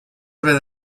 haver